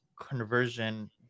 conversion